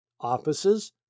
offices